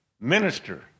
minister